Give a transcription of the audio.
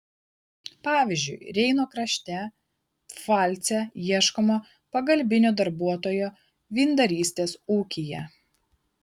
pavyzdžiui reino krašte pfalce ieškoma pagalbinio darbuotojo vyndarystės ūkyje